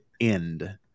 end